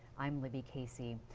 i'm libby casey.